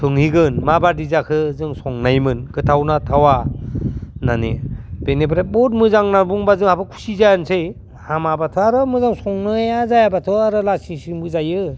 सोंहैगोन माबादि जाखो जों संनायमोन गोथाव ना थावा होननानै बेनिफ्राय बुहुद मोजां होनना बुंब्ला जोंहाबो खुसि जानोसै हामाब्लाथाय आरो मोजां संनाया जायाब्लाथ' आरो लासिंसिंबो जायो